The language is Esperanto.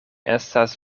estas